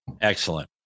Excellent